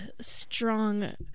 strong